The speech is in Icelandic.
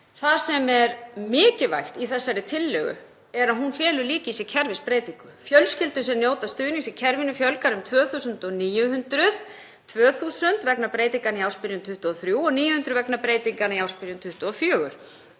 Það sem er mikilvægt í þessari tillögu er að hún felur líka í sér kerfisbreytingu. Fjölskyldum sem njóta stuðnings í kerfinu fjölgar um 2.900, 2.000 vegna breytinganna í ársbyrjun 2023 og 900 vegna breytinganna í ársbyrjun 2024.